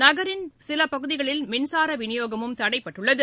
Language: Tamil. நகரின் சில பகுதிகளில் மின்சார வினியோகமும் தடைபட்டுள்ளது